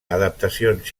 adaptacions